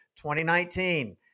2019